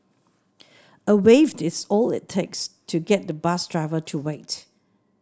a wave is all it takes to get the bus driver to wait